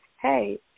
hey